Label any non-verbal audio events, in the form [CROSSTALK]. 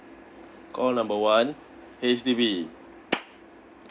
call number one H_D_B [NOISE]